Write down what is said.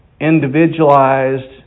individualized